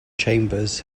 chambers